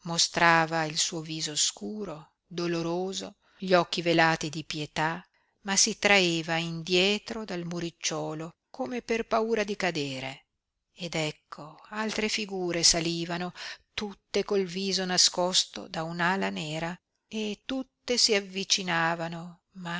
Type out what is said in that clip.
mostrava il suo viso scuro doloroso gli occhi velati di pietà ma si traeva indietro dal muricciuolo come per paura di cadere ed ecco altre figure salivano tutte col viso nascosto da un'ala nera e tutte si avvicinavano ma